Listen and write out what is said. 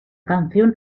canción